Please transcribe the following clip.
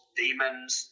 demons